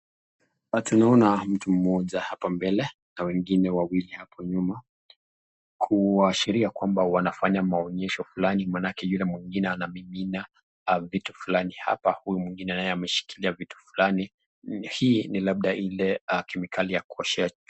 Hapa tunaona mtu mmoja hapo mbele, na wengine wawili hapo nyuma, kuashiria kwamba wanafanya maonyesho fulani manake yule mwingine anazipima vitu fulani, huyo mwingine ameshikilia vitu fulani hii ni labda ni ile kemikali ya kuoshea choo.